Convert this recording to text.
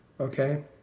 Okay